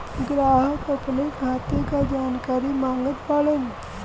ग्राहक अपने खाते का जानकारी मागत बाणन?